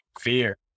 fear